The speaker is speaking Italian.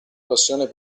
passione